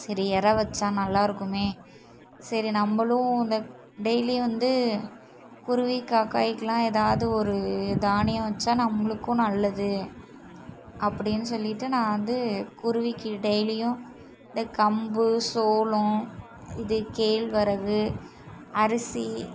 சரி இற வச்சா நல்லாயிருக்குமே சரி நம்பளும் இந்த டெய்லியும் வந்து குருவி காக்காயிக்கலாம் எதாவது ஒரு தானியம் வச்சா நம்முளுக்கும் நல்லது அப்படின் சொல்லிவிட்டு நான் வந்து குருவிக்கு டெய்லியும் இந்த கம்பு சோளம் இது கேழ்விறகு அரிசி